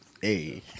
Hey